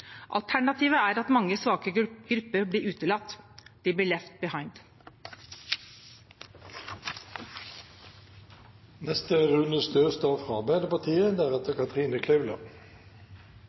Alternativet er at mange svake grupper blir utelatt. De blir